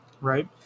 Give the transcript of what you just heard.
right